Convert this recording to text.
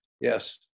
yes